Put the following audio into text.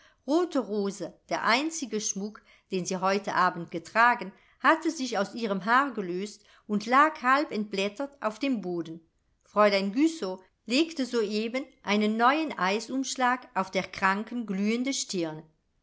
rote rose der einzige schmuck den sie heute abend getragen hatte sich aus ihrem haar gelöst und lag halb entblättert auf dem boden fräulein güssow legte soeben einen neuen eisumschlag auf der kranken glühende stirn